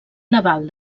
naval